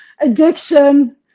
addiction